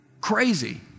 Crazy